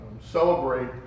celebrate